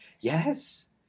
Yes